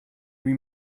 lui